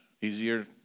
easier